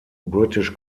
british